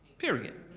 period.